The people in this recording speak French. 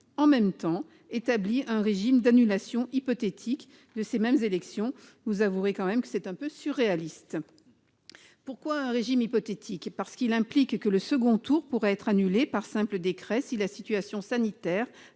en même temps, établit un régime d'annulation hypothétique de ces mêmes élections. Vous avouerez que c'est un peu surréaliste ! Pourquoi un régime hypothétique ? Parce qu'il implique que le second tour pourrait être annulé par simple décret si la situation sanitaire